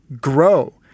grow